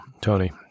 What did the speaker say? Tony